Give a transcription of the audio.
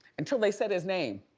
until they said his name.